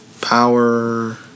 power